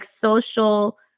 social